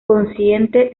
consciente